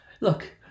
look